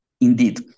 Indeed